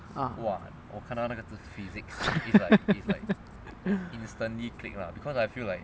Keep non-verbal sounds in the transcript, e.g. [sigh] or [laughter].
ah [laughs]